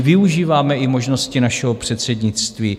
Využíváme i možnosti našeho předsednictví.